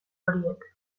horiek